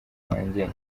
wanjye